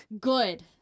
good